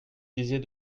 disiez